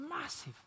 massive